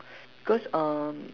cause um